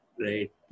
right